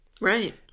Right